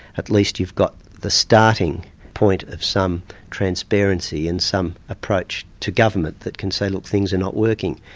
at least you've got the starting point of some transparency, and some approach to government that can say, look, things are not working.